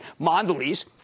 Mondelez